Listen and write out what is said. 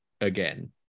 again